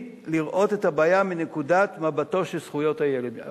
לראות את הבעיה מנקודת המבט של זכויות הילד,